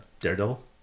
Daredevil